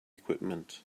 equipment